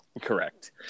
Correct